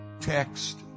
text